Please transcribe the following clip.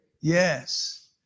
Yes